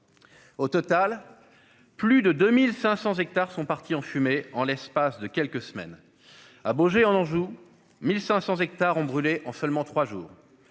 Au total, plus de 2 500 hectares sont partis en fumée en l'espace de quelques semaines. À Baugé-en-Anjou, 1 500 hectares ont brûlé en seulement trois jours.